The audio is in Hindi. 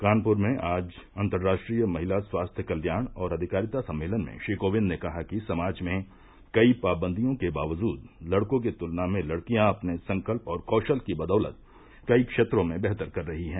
कानपुर में आज अंतर्राष्ट्रीय महिला स्वास्थ्य कल्याण और अधिकारिता सम्मेलन में श्री कोविंद ने कहा कि समाज में कई पाबंदियों के बावजुद लड़कों की तुलना में लड़कियां अपने संकल्प और कौशल की बदौलत कई क्षेत्रों में बेहतर कर रही हैं